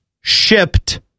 shipped